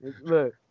Look